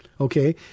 Okay